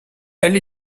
elle